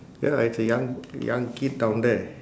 ya it's a young young kid down there